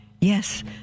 Yes